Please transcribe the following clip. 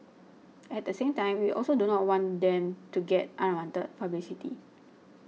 at the same time we also do not want them to get unwanted publicity